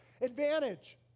advantage